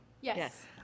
Yes